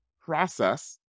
process